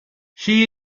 she